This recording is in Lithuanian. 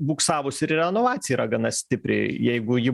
buksavusi ir renovacija yra gana stipriai jeigu ji